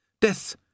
Death